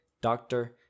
doctor